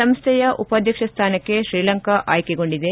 ಸಂಸ್ಟೆಯ ಉಪಾಧ್ಯಕ್ಷ ಸ್ಯಾನಕ್ಷೆ ಶ್ರೀಲಂಕಾ ಆಯ್ಕೆಗೊಂಡಿದೆ